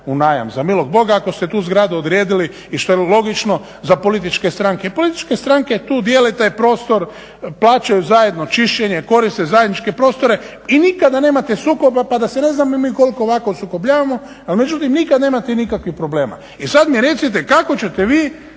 u najam za milog boga, ako ste tu zgradu odredili i što je logično za političke stranke. Političke stranke tu dijele taj prostor, plaćaju zajedno čišćenje, koriste zajedničke prostore i nikada nemate sukoba pa da se ne znam mi koliko ovako sukobljavamo. Ali međutim, nikad nemate nikakvih problema. I sad mi recite kako ćete vi